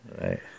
Right